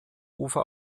ufer